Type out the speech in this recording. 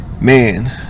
man